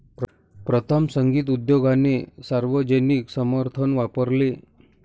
प्रथम, संगीत उद्योगाने सार्वजनिक समर्थन वापरले